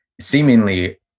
seemingly